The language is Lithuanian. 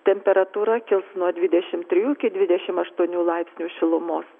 temperatūra kils nuo dvidešim trijų iki dvidešim aštuonių laipsnių šilumos